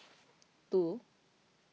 two